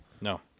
No